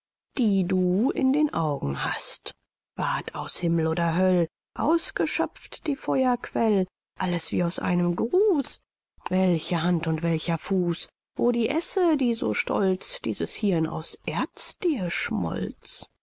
die du in den augen hast ward aus himmel oder höll ausgeschöpft die feuerquell alles wie aus einem guß welche hand und welcher fuß wo die esse die so stolz dieses hirn aus erz dir schmolz